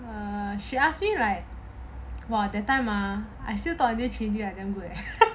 err she ask me like !wah! that time ah I still talk with this trainee I tell you eh